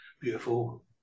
beautiful